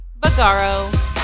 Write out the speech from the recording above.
Bagaro